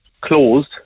closed